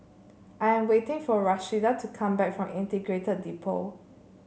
I am waiting for Rashida to come back from Integrated Depot